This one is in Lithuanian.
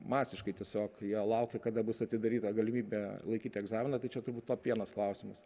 masiškai tiesiog jie laukia kada bus atidaryta galimybė laikyti egzaminą tai čia turbūt top vienas klausimas